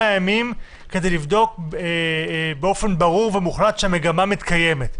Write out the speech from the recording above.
ימים כדי לבדוק באופן ברור ומוחלט שהמגמה מתקיימת,